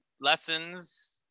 lessons